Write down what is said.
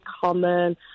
common